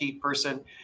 person